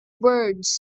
birds